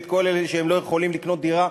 את כל אלה שלא יכולים לקנות דירה,